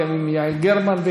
יחד עם יעל גרמן,